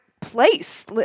place